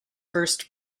first